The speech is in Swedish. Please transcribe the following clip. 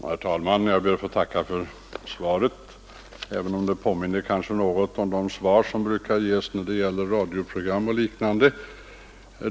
Herr talman! Jag ber att få tacka för svaret, även om det kanske påminner något om de svar som brukar ges när det gäller radioprogram och liknande.